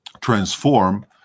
transform